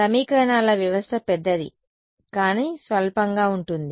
సమీకరణాల వ్యవస్థ పెద్దది కానీ స్వల్పంగా ఉంటుంది